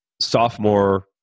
sophomore